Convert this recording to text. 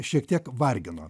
šiek tiek vargino